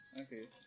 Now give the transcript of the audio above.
okay